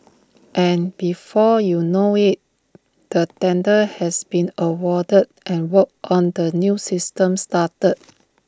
and before you know IT the tender has been awarded and work on the new system started